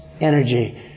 energy